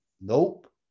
Nope